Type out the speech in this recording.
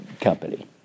company